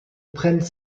prenne